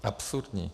Absurdní.